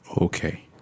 Okay